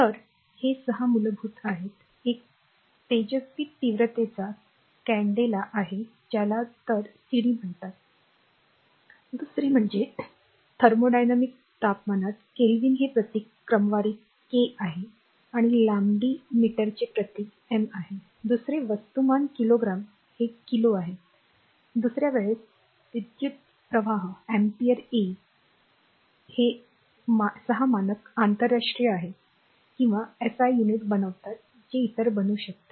तर हे सहा मूलभूत आहे एक तेजस्वी तीव्रतेचा कॅंडेला आहे ज्याला त सीडी म्हणतात दुसरे म्हणजे थर्मोडायनामिक तापमानात केल्विन हे प्रतीक क्रमवारीत के आहे आणि लांबी मीटरचे प्रतीक एम आहे दुसरे वस्तुमान किलोग्राम हे किलो आहे दुसर्या वेळेस विद्युतीय प्रवाह अँपिअर ए हे 6 मानक आंतरराष्ट्रीय आहे किंवा एसआय युनिट्स बनवतात जे इतर बनू शकतात